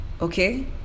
okay